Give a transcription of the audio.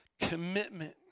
commitment